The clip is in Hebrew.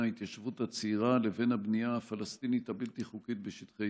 ההתיישבות הצעירה לבין הבנייה הפלסטינית הבלתי-חוקית בשטחי